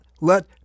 let